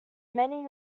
many